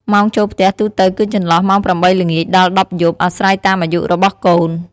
ម៉ោងចូលផ្ទះទូទៅគឺចន្លោះម៉ោង ៨ ល្ងាច ដល់ ១០ យប់ អាស្រ័យតាមអាយុរបស់កូន។